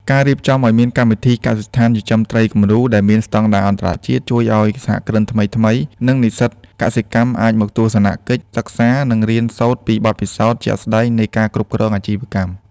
ការរៀបចំឱ្យមានកម្មវិធី "កសិដ្ឋានចិញ្ចឹមត្រីគំរូ" ដែលមានស្ដង់ដារអន្តរជាតិ ជួយឱ្យសហគ្រិនថ្មីៗ និងនិស្សិតកសិកម្មអាចមកទស្សនកិច្ចសិក្សា និងរៀនសូត្រពីបទពិសោធន៍ជាក់ស្ដែងនៃការគ្រប់គ្រងអាជីវកម្ម។